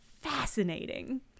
fascinating